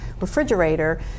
refrigerator